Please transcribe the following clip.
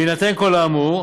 בהינתן כל האמור,